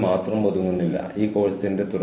രണ്ട് ഇത് പ്രവർത്തിക്കുമെന്ന് വിശ്വസിക്കണം